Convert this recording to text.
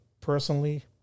Personally